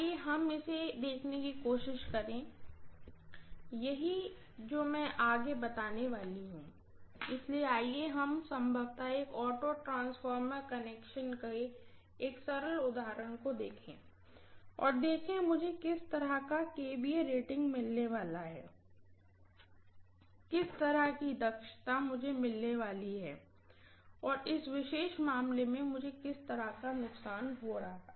आइए हम इसे देखने की कोशिश करें यही जो मैं आगे बताने वाली हूँ इसलिए आइए हम संभवतः एक ऑटो ट्रांसफार्मर कनेक्शन के एक सरल उदाहरण को देखें और देखें कि मुझे किस तरह का kVA रेटिंग मिलने वाला है किस तरह की दक्षता मुझे मिलने वाली है और इस विशेष मामले में मुझे किस तरह का नुकसान हो रहा है